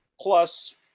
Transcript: plus